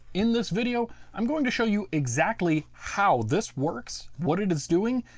in this video, i'm going to show you exactly how this works, what it is doing,